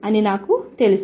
అని నాకు తెలుసు